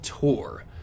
tour